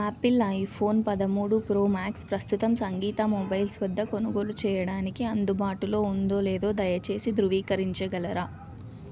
apple iPhone పదమూడు Pro Max ప్రస్తుతం Sangeetha Mobiles వద్ద కొనుగోలు చెయ్యడానికి అందుబాటులో ఉందో లేదో దయచేసి ధృవీకరించగలరా